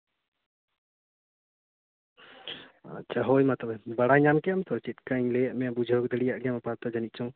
ᱟᱪᱪᱷᱟ ᱦᱳᱭ ᱢᱟ ᱛᱚᱵᱮ ᱵᱟᱲᱟᱭ ᱧᱟᱢ ᱠᱮᱫᱟᱢ ᱛᱚ ᱪᱮᱫᱞᱮᱠᱟᱧ ᱞᱟᱹᱭᱟᱫ ᱢᱮᱭᱟ ᱵᱩᱡᱷᱟᱹᱣ ᱫᱟᱲᱮᱭᱟᱜ ᱜᱮᱭᱟᱢ ᱵᱮᱯᱟᱨ ᱛᱚ ᱡᱟᱹᱱᱤᱡ ᱠᱷᱟᱱ